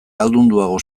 ahaldunduago